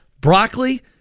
broccoli